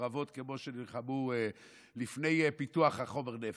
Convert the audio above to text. וחרבות כמו שנלחמו לפני פיתוח חומר הנפץ,